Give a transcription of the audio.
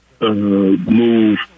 move